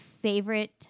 favorite